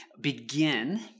begin